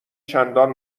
چندان